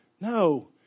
No